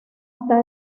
esta